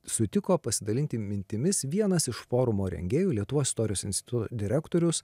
sutiko pasidalinti mintimis vienas iš forumo rengėjų lietuvos istorijos instituto direktorius